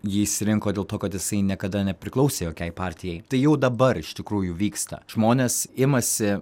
jį išsirinko dėl to kad jisai niekada nepriklausė jokiai partijai tai jau dabar iš tikrųjų vyksta žmonės imasi